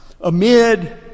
Amid